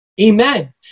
Amen